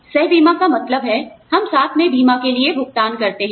सहबीमा का मतलब है हम साथ में बीमा के लिए भुगतान करते हैं